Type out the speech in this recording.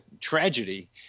tragedy